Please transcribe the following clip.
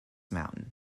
mountain